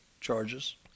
charges